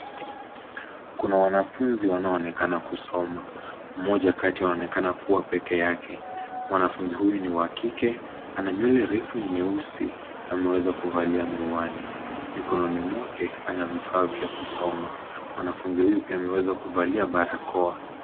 Kuna wanafunzi wanonekana kusoma ,mmoja kati yao anaonekana kuwa peke yake, mwanafunzi huyu ni wa kike ana nywele refu nyeusi ameweza kuvalia miwani, mikononi mwake ana vifaa za kusoma, mwanafunzi huyu pia ameweza kuvalia barakoa.